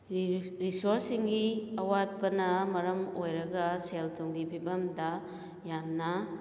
ꯔꯤꯁꯣꯔꯁꯁꯤꯡꯒꯤ ꯑꯋꯥꯠꯄꯅ ꯃꯔꯝ ꯑꯣꯏꯔꯒ ꯁꯦꯜ ꯊꯨꯝꯒꯤ ꯐꯤꯕꯝꯗ ꯌꯥꯝꯅ